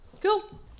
cool